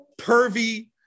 pervy